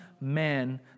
man